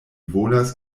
volas